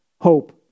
hope